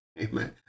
Amen